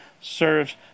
serves